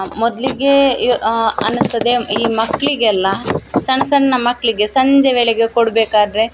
ಮೊದಲಿಗೆ ಅನ್ನಿಸ್ತದೆ ಈ ಮಕ್ಕಳಿಗೆಲ್ಲ ಸಣ್ಣ ಸಣ್ಣ ಮಕ್ಕಳಿಗೆ ಸಂಜೆ ವೇಳೆಗೆ ಕೊಡಬೇಕಾದ್ರೆ